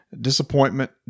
disappointment